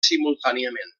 simultàniament